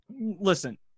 Listen